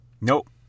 Nope